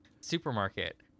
supermarket